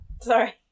sorry